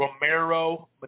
Romero